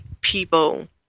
people